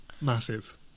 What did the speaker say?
Massive